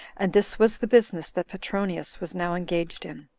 and this was the business that petronius was now engaged in.